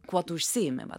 kuo tu užsiimi va